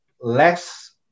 less